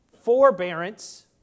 forbearance